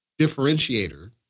differentiator